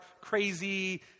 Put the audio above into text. crazy